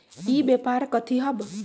ई व्यापार कथी हव?